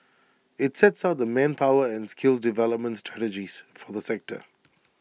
IT sets out the manpower and skills development strategies for the sector